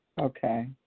Okay